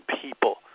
people